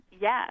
Yes